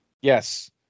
Yes